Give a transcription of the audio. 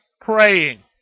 praying